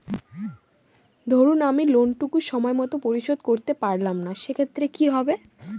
ধরুন আমি লোন টুকু সময় মত পরিশোধ করতে পারলাম না সেক্ষেত্রে কি হবে?